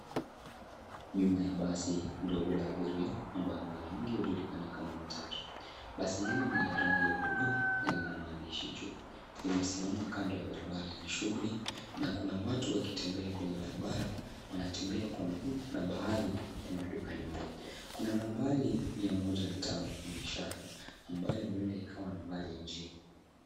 Nyuma ya basi ndogo la abiria ambalo mara nyingi hujulikana kama matatu. Basi hili ni la rangi ya buluu na lina maandishi juu. Limesimama kando ya barabara yenye shughuli na kuna watu wakitembea kwenye barabara. Wanatembea kwa miguu na baadhi ya maduka nyuma. Kuna nambari mia moja na tano kwenye ishara ambayo huenda ikiwa nambari ya njia.